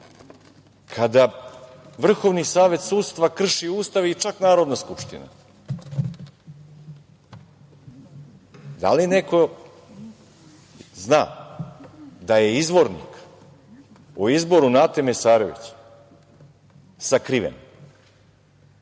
Kada Vrhovni savet sudstva krši Ustav i čak Narodna skupština. Da li neko zna da je izvornik o izboru Nate Mesarović sakriven,